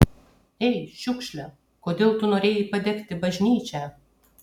ei šiukšle kodėl tu norėjai padegti bažnyčią